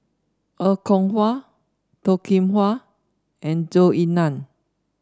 Er Kwong Wah Toh Kim Hwa and Zhou Ying Nan